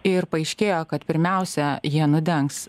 ir paaiškėjo kad pirmiausia jie nudengs